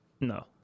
No